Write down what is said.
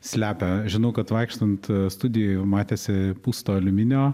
slepia žinau kad vaikštant studijoje jau matėsi pūsto aliuminio